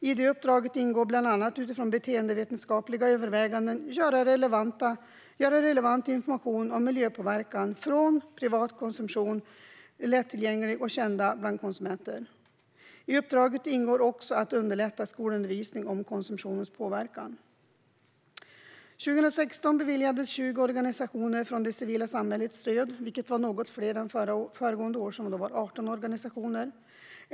I det uppdraget ingår bland annat att utifrån beteendevetenskapliga överväganden göra relevant information om miljöpåverkan från privat konsumtion lättillgänglig och känd bland konsumenter. I uppdraget ingår också att underlätta skolundervisning om konsumtionens påverkan. År 2016 beviljades 20 organisationer från det civila samhället stöd. Det var något fler än föregående år, då det var 18 organisationer.